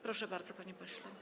Proszę bardzo, panie pośle.